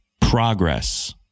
progress